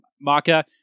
Maka